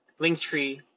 Linktree